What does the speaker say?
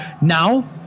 Now